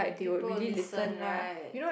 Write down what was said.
people who listen right